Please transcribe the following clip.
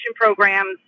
programs